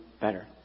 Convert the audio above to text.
better